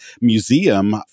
Museum